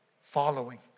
following